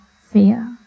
fear